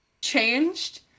changed